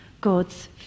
God's